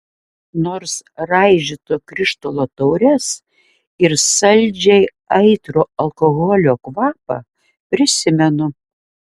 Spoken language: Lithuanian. nors raižyto krištolo taures ir saldžiai aitrų alkoholio kvapą prisimenu